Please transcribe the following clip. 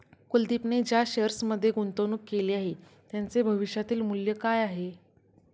कुलदीपने ज्या शेअर्समध्ये गुंतवणूक केली आहे, त्यांचे भविष्यातील मूल्य काय आहे?